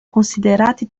considerati